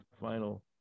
final